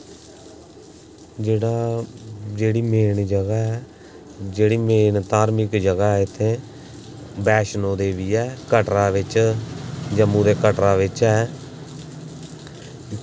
जेह्ड़ी मेन जगह ऐ जेह्ड़ी मेन धार्मिक जगह इत्थै वैश्नो देवी ऐ कटरा बिच्च जम्मू दे कटरा बिच्च ऐ